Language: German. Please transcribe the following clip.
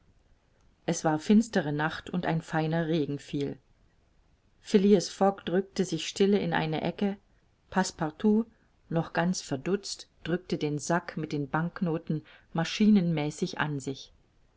es war finstere nacht und ein seiner regen fiel phileas fogg drückte sich stille in eine ecke passepartout noch ganz verdutzt drückte den sack mit den banknoten maschinenmäßig an sich